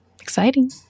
Exciting